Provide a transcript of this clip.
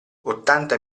ottanta